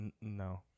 No